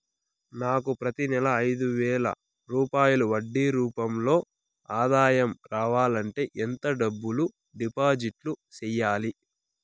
నాకు ప్రతి నెల ఐదు వేల రూపాయలు వడ్డీ రూపం లో ఆదాయం రావాలంటే ఎంత డబ్బులు డిపాజిట్లు సెయ్యాలి?